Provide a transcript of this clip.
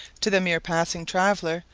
to the mere passing traveller,